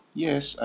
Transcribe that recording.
Yes